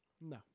No